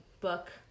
book